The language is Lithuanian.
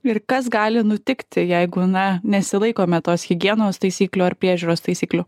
ir kas gali nutikti jeigu na nesilaikome tos higienos taisyklių ar priežiūros taisyklių